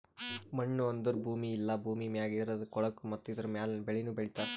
ಮಣ್ಣು ಅಂದುರ್ ಭೂಮಿ ಇಲ್ಲಾ ಭೂಮಿ ಮ್ಯಾಗ್ ಇರದ್ ಕೊಳಕು ಮತ್ತ ಇದುರ ಮ್ಯಾಲ್ ಬೆಳಿನು ಬೆಳಿತಾರ್